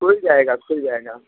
खुल जाएगा खुल जाएगा